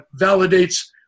validates